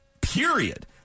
period